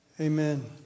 Amen